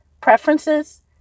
preferences